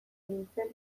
nintzen